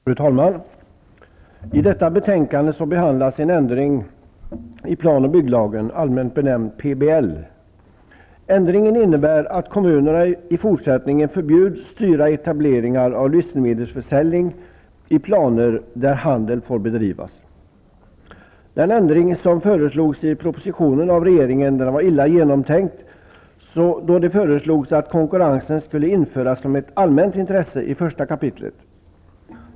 Fru talman! I detta betänkande behandlas en ändring i plan-och bygglagen, allmänt benämnd Den ändring som föreslogs i propositionen var illa genomtänkt. Det föreslogs nämligen att konkurrensen skulle införas som ett allmänt intresse i första kapitlet.